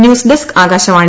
news desk Akashvani